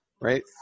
right